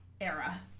era